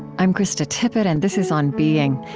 i'm krista tippett, and this is on being.